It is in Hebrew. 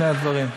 שני הדברים.